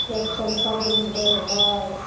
चौरचन पबनी होइ हइ